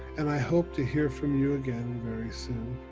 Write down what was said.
and i hope to hear from you again very soon.